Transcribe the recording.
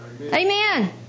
Amen